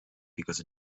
because